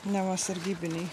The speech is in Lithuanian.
neva sargybiniai